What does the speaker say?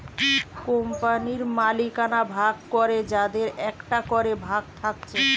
কোম্পানির মালিকানা ভাগ করে যাদের একটা করে ভাগ থাকছে